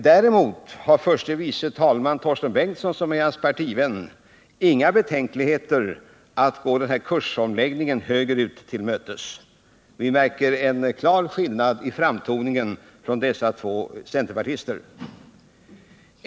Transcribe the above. Däremot har förste vice talmannen Torsten Bengtson, som är hans partivän, inga betänkligheter mot att gå den här kursomläggningen åt höger till mötes. Vi märker en klar skillnad i framtoningen mellan dessa två centerpartister.